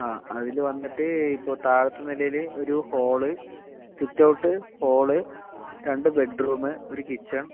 ആ അതില് വന്നിട്ട് ഇപ്പോൾ താഴത്തെ നിലയില് ഒരു ഹോള് സിറ്റ്ഔട്ട് ഹോള് രണ്ട് ബെഡ്റൂമ് ഒരു കിച്ചൺ